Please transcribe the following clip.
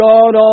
God